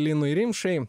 linui rimšai